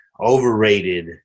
overrated